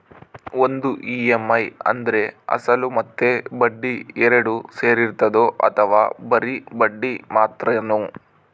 ಒಂದು ಇ.ಎಮ್.ಐ ಅಂದ್ರೆ ಅಸಲು ಮತ್ತೆ ಬಡ್ಡಿ ಎರಡು ಸೇರಿರ್ತದೋ ಅಥವಾ ಬರಿ ಬಡ್ಡಿ ಮಾತ್ರನೋ?